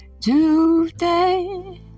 today